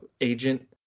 agent